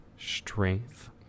strength